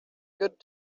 good